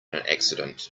accident